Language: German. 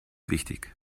wichtig